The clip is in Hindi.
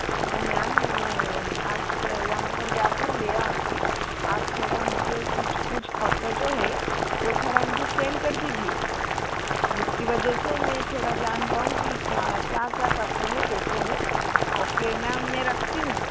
हाँ मैम मैं आपके वहाँ पर जा कर ले आऊँगी आप थोड़ा मुझे कुछ कुछ होटो जो है वो थोड़ा मुझे सेंड कर दीजिए जिसकी वजह से मैं थोड़ा जान पाऊँ कि क्या क्या क्या कपड़े है कैसे है ओके मैम मैं रखती हूँ